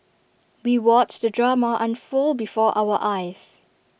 we watched the drama unfold before our eyes